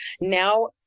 Now